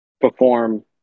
perform